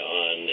on